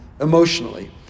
emotionally